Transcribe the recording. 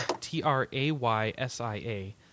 T-R-A-Y-S-I-A